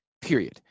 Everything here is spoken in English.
period